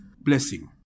blessing